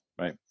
right